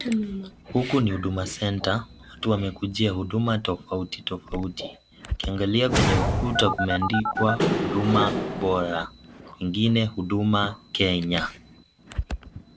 Huku ni huduma centre. Watu wamekujia huduma tofauti tofauti. Ukiangalia kwenye ukuta, kumeandikwa. Huduma Bora, Ingine Huduma Kenya.